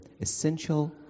essential